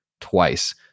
twice